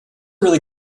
really